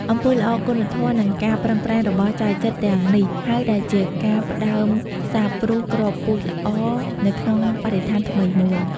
អំពើល្អ គុណធម៌ និងការប្រឹងប្រែងរបស់ចៅចិត្រទាំងនេះហើយដែលជាការផ្ដើមសាបព្រោះគ្រាប់ពូជល្អនៅក្នុងបរិស្ថានថ្មីមួយ។